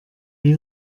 wie